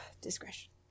discretion